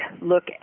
look